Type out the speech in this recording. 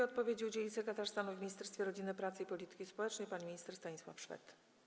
Odpowiedzi udzieli sekretarz stanu w Ministerstwie Rodziny, Pracy i Polityki Społecznej pan minister Stanisław Szwed.